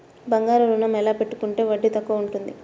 బంగారు ఋణం ఎలా పెట్టుకుంటే వడ్డీ తక్కువ ఉంటుంది?